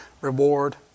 reward